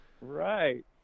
Right